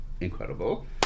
incredible